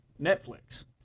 Netflix